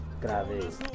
Grave